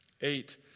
Eight